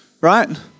Right